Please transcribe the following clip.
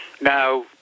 Now